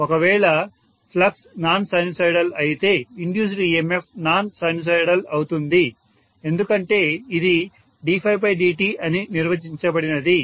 ఒకవేళ flux non sinusoidal అయితే induced EMF non sinusoidal అవుతుంది ఎందుకంటే ఇది ddt అని నిర్వచించబడినది